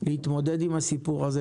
להתמודד עם הסיפור הזה,